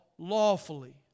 lawfully